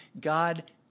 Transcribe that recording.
God